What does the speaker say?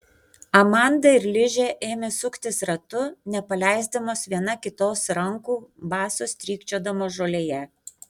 amanda ir ližė ėmė suktis ratu nepaleisdamos viena kitos rankų basos strykčiodamos žolėje